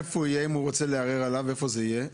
אם הוא ירצה לערער, איפה יהיה הדיון?